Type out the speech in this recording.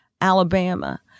Alabama